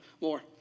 More